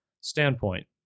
standpoint